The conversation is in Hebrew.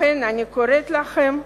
לכן אני קוראת לכם,